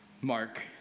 Mark